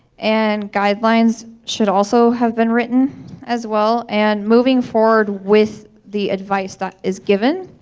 and guidelines should also have been written as well, and moving forward with the advice that is given.